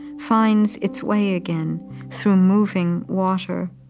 finds its way again through moving water.